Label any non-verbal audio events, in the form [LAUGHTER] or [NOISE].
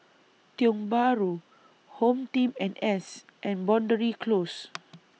Tiong Bahru HomeTeam N S and Boundary Close [NOISE]